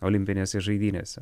olimpinėse žaidynėse